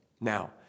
Now